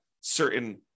certain